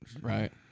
Right